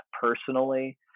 personally